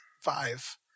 five